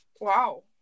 Wow